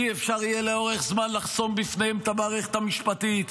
אי-אפשר לאורך זמן לחסום בפניהם את המערכת המשפטית,